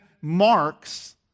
marks